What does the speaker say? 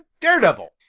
Daredevil